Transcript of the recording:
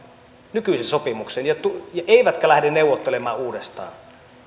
nykyisen sopimuksen eivätkä lähde neuvottelemaan uudestaan